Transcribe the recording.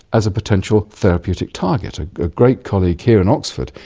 as a potential therapeutic target. ah a great colleague here in oxford,